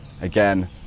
again